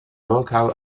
locale